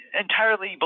entirely